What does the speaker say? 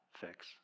fix